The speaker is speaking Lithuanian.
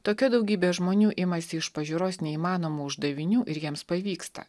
tokia daugybė žmonių imasi iš pažiūros neįmanomų uždavinių ir jiems pavyksta